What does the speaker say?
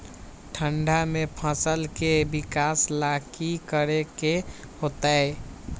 ठंडा में फसल के विकास ला की करे के होतै?